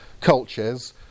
cultures